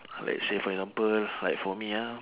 let's say for example like for me ah